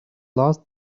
last